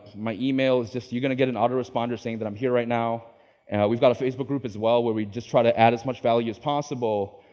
my email is just you're gonna get an auto-responder saying that i'm here right now, and we've got a facebook group as well, where we just try to add as much value as possible